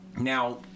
Now